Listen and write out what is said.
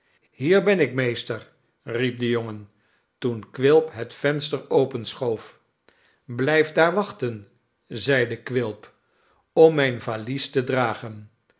hier ben ik meester riep de jongen toen quilp het venster openschoof blijf daar wachten zeide quilp om mijn valies te dragen